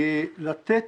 לתת